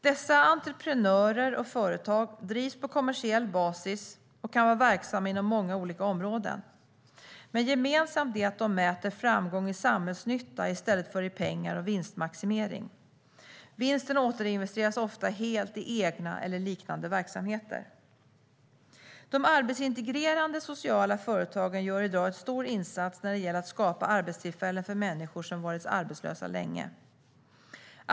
Dessa entreprenörer och företag drivs på kommersiell basis och kan vara verksamma inom många olika områden, men gemensamt är att de mäter framgång i samhällsnytta i stället för i pengar och vinstmaximering. Vinsten återinvesteras oftast helt i egna eller liknande verksamheter. De arbetsintegrerande sociala företagen gör i dag en stor insats när det gäller att skapa arbetstillfällen för människor som har varit arbetslösa länge.